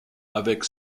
avec